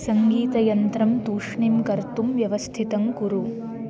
सङ्गीतयन्त्रं तूष्णीं कर्तुं व्यवस्थितं कुरु